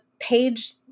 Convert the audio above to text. page